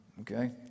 Okay